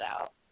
out